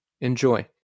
Enjoy